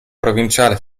provinciale